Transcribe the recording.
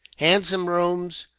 handsome rooms,